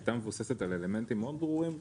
הייתה מבוססת על אלמנטים מאוד ברורים ---.